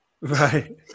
Right